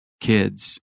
kids